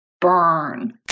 burn